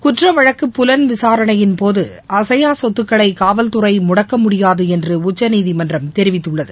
குற்றவழக்கு புலன் விசாரணையின் போது அசையா சொத்துக்களை காவல் துறை முடக்க முடியாது என்று உச்சநீதிமன்றம் தெரிவித்துள்ளது